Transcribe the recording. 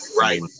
right